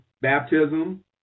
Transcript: baptism